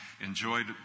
enjoyed